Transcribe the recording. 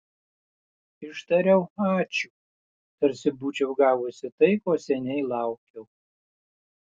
ištariau ačiū tarsi būčiau gavusi tai ko seniai laukiau